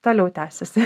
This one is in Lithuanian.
toliau tęsiasi